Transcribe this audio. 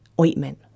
Ointment